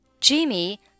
Jimmy